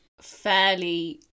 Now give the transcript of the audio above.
fairly